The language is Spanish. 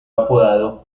apodado